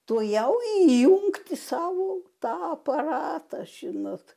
tuojau įjungti savo tą aparatą žinot